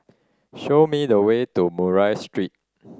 show me the way to Murray Street